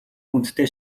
хүндтэй